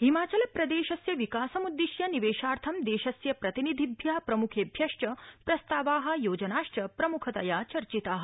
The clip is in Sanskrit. हिमाचलप्रदेशस्य विकासमुददिश्य निवेशार्थं देशस्य प्रतिनिधिभ्यः प्रम्खेभ्यश्च प्रस्तावाः योजनाश्च प्रम्खतया चर्चिताः